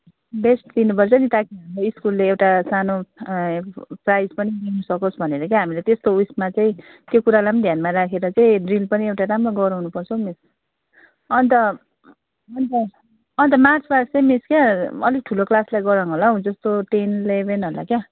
best दिनुपर्छ नि ताकि हाम्रो स्कुलले एउटा सानो प्राइज पनि लिन सकोस् भनेर के हामीले त्यस्तो उसमा चाहिँ त्यो कुरालाई पनि ध्यानमा राखेर चाहिँ ड्रिल पनि एउटा राम्रो गराउनुपर्छ हौ मिस अन्त अन्त अन्त मार्चपास्ट चाहिँ मिस क्या अलिक ठुलो क्लासलाई गराउँ होला हौ जस्तो टेन इलेभेनहरूलाई क्या